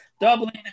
doubling